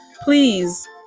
Please